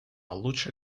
лучше